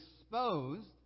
exposed